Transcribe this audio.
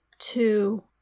two